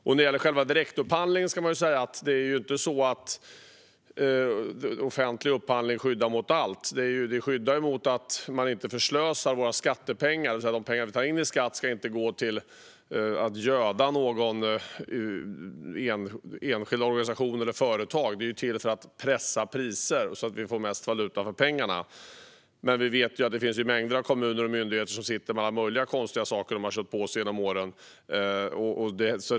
När det gäller själva direktupphandlingen ska man säga att det inte är så att offentlig upphandling skyddar mot allt. Den skyddar mot förslösande av våra skattepengar. De pengar vi tar in i skatt ska inte gå till att göda någon enskild organisation eller något enskilt företag. Upphandlingen är till för att pressa priser så att vi får mest valuta för pengarna. Men vi vet att det finns mängder av kommuner och myndigheter som sitter med alla möjliga konstiga saker de har köpt på sig genom åren.